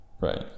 Right